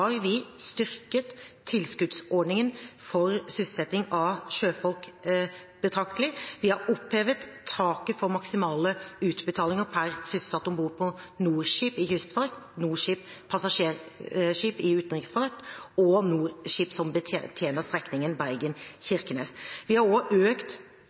vi styrket tilskuddsordningen for sysselsetting av sjøfolk betraktelig. Vi har opphevet taket for maksimale utbetalinger per sysselsatt om bord på NOR-skip i kystfart, NOR-skip passasjerskip i utenriksfart og NOR-skip som betjener strekningen Bergen–Kirkenes. Vi har også økt